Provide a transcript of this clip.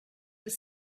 was